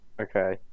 okay